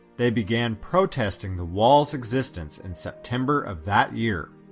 they began protesting the wall's existence in september of that year.